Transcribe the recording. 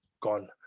gone